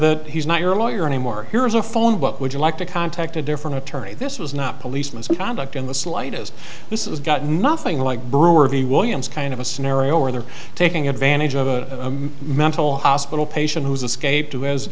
that he's not your lawyer anymore here's a phone what would you like to contact a different attorney this was not police misconduct in the slightest this is got nothing like brewer v williams kind of a scenario where they're taking advantage of a mental hospital patient who's escaped to as